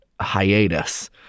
hiatus